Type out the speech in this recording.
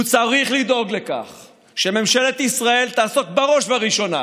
הוא צריך לדאוג לכך שממשלת ישראל תעסוק בראש וראשונה